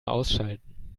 ausschalten